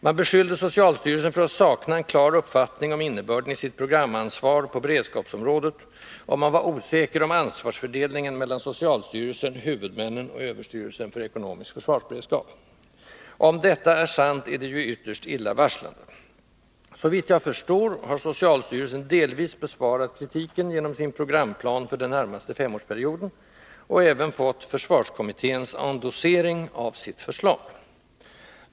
Man beskyllde socialstyrelsen för att sakna en klar uppfattning om innebörden i sitt programansvar på beredskapsområdet, och man var osäker om ansvarsfördelningen mellan socialstyrelsen, huvudmännen och överstyrelsen för ekonomisk försvarsberedskap. Om detta är sant är det ju ytterst illavarslande. Såvitt jag förstår har socialstyrelsen delvis besvarat kritiken genom sin programplan för den närmaste femårsperioden, och även fått försvarskommitténs endossering av sitt förslag.